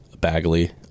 bagley